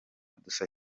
dusa